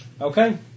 Okay